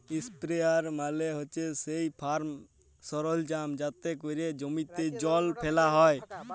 ইসপেরেয়ার মালে হছে সেই ফার্ম সরলজাম যাতে ক্যরে জমিতে জল ফ্যালা হ্যয়